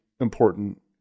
important